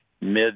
mid